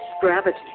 gravity